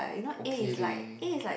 okay leh